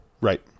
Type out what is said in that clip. right